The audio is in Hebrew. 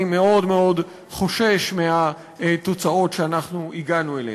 אני מאוד מאוד חושש מהתוצאות שאנחנו הגענו אליהן.